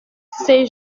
c’est